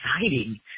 exciting